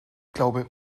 glaube